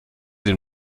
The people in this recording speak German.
den